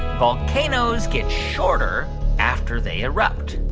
volcanoes get shorter after they erupt?